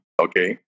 Okay